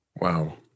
Wow